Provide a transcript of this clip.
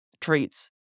traits